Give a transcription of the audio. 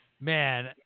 Man